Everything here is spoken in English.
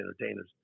entertainers